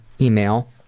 email